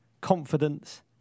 confidence